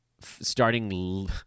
starting